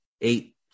eight